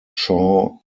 shaw